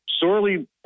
sorely